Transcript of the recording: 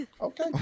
Okay